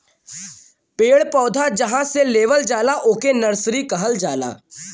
पेड़ पौधा जहां से लेवल जाला ओके नर्सरी कहल जाला